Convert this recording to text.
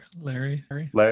Larry